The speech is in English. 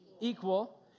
Equal